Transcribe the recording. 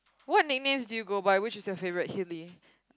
what nicknames do you go by which is your favourite helli